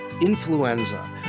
influenza